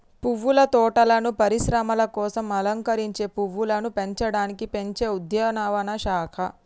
పువ్వుల తోటలను పరిశ్రమల కోసం అలంకరించే పువ్వులను పెంచడానికి పెంచే ఉద్యానవన శాఖ